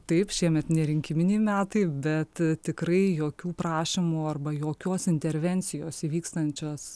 taip šiemet ne rinkiminiai metai bet tikrai jokių prašymų arba jokios intervencijos įvykstančios